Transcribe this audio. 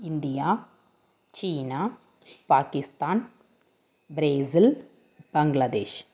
India China Pakistan Brazil Bangladesh